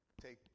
take